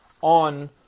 on